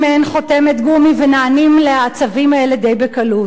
חותמת גומי ונענים לצווים האלה די בקלות.